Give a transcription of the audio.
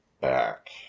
back